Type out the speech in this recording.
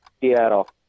Seattle